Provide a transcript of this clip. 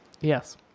Yes